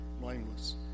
blameless